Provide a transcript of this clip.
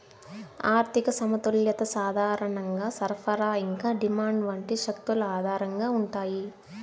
ఆర్థిక సమతుల్యత సాధారణంగా సరఫరా ఇంకా డిమాండ్ వంటి శక్తుల ఆధారంగా ఉంటాయి